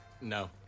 No